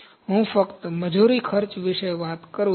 હું ફક્ત મજૂરી ખર્ચ વિશે વાત કરું છું